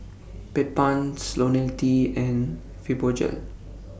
Bedpans Ionil T and Fibogel